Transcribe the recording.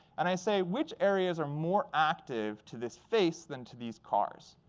and i say, which areas are more active to this face than to these cars?